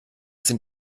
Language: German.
sind